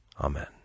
amen